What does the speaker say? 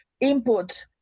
input